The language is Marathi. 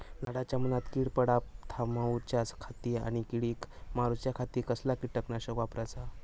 झाडांच्या मूनात कीड पडाप थामाउच्या खाती आणि किडीक मारूच्याखाती कसला किटकनाशक वापराचा?